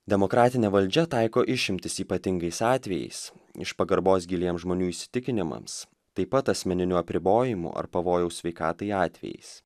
demokratinė valdžia taiko išimtis ypatingais atvejais iš pagarbos giliems žmonių įsitikinimams taip pat asmeninių apribojimų ar pavojaus sveikatai atvejais